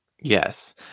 Yes